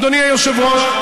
אדוני היושב-ראש,